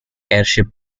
airship